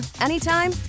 anytime